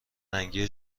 رنگی